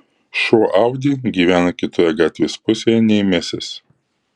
šuo audi gyvena kitoje gatvės pusėje nei mesis